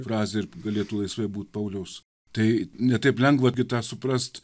frazė ir galėtų laisvai būt pauliaus tai ne taip lengva irgi tą suprast